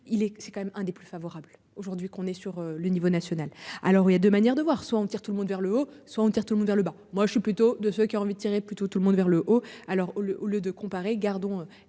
c'est quand même un des plus favorables aujourd'hui qu'on est sur le niveau national. Alors il y y a 2 manières de voir, soit on tire tout le monde vers le haut, soit vous dire tout le monde vers le bas. Moi je suis plutôt de ce qui a envie de tirer plutôt tout le monde vers le haut. Alors au lieu de comparer, gardons